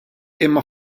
imma